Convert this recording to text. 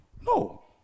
no